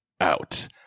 out